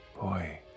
Boy